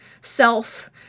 self